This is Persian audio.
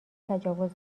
تجاوز